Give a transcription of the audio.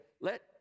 let